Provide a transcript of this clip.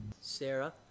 Sarah